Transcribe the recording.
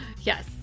Yes